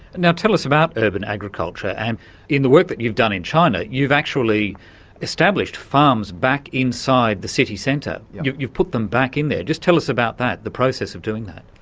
now tell us about urban agriculture, and in the work that you've done in china, you've actually established farms back inside the city centre. you've you've put them back in there just tell us about that, the process of doing that.